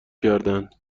کردند